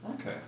Okay